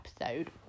episode